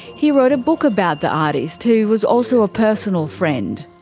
he wrote a book about the artist who was also a personal friend.